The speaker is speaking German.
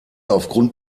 aufgrund